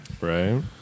right